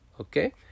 Okay